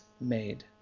made